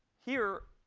here,